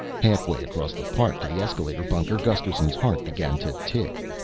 halfway across the park to the escalator bunker gusterson's heart began to tick.